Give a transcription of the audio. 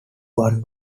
one